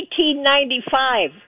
1895